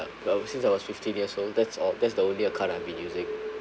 ever since I was fifteen years old that's all that's the only account I've been using